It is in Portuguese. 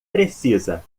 precisa